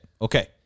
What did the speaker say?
Okay